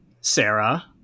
Sarah